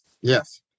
Yes